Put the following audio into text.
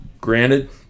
Granted